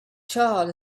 charred